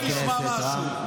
חבר הכנסת רם.